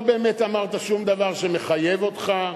לא באמת אמרת דבר שמחייב אותך.